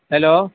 hello